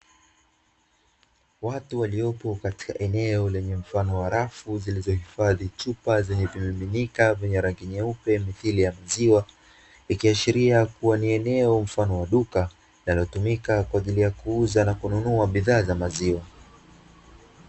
Watu waliopo katika eneo lenye mfano wa rafu zilizohifadhi chupa zenye vimiminika vyenye rangi nyeupe mithili ya maziwa, ikiashiria kuwa ni eneo mfano wa duka linalotumika kwa ajili ya kuuza na kununua bidhaa za maziwa.